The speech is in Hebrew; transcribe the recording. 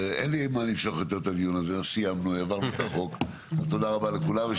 סיימנו את הדיון, העברנו את החוק ותודה רבה לכולם.